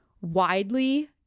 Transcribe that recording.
widely